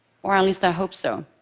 or, at least, i hope so.